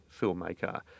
filmmaker